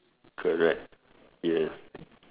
correct yes